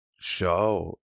show